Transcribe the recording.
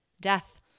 death